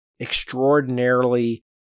extraordinarily